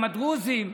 גם הדרוזים,